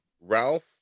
Ralph